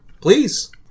please